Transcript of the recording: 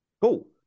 Cool